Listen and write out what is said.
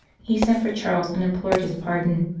he sent for charles and implored his pardon.